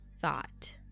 thought